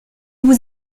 vous